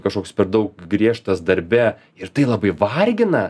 kažkoks per daug griežtas darbe ir tai labai vargina